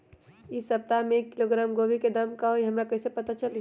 इ सप्ताह में एक किलोग्राम गोभी के दाम का हई हमरा कईसे पता चली?